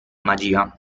magia